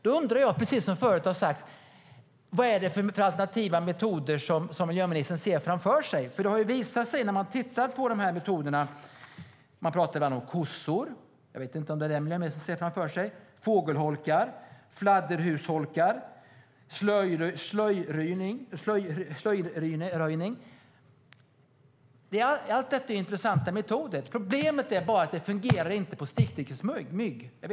Då undrar jag, precis som sagts förut: Vad är det för alternativa metoder som miljöministern ser framför sig? Man pratar om kossor - jag vet inte om det är det miljöministern ser framför sig - fågelholkar, fladdermusholkar och slyröjning. Alla dessa är intressanta metoder. Problemet är bara att det har visat sig att de inte fungerar på stickmyggor.